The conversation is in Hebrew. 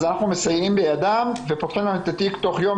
אז אנחנו מסייעים בידם ופותחים להם את התיק תוך יום.